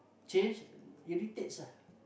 change irritates ah